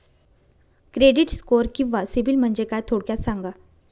Credit score किंवा सिबिल म्हणजे काय? थोडक्यात सांगा